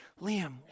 Liam